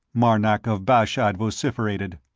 marnark of bashad vociferated.